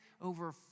over